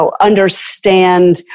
understand